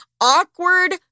awkward